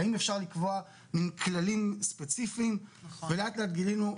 האם אפשר לקבוע כללים ספציפיים, ולאט לאט גילינו,